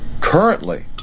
Currently